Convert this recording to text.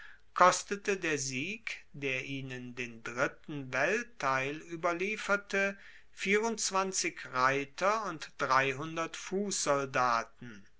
kostete der sieg der ihnen den dritten weltteil ueberlieferte reiter und